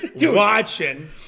watching